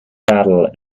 battle